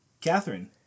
Catherine